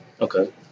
Okay